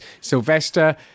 Sylvester